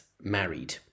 married